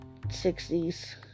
60's